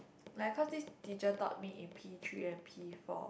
like because this teacher taught me in P-three and P-four